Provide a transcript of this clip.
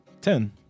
Ten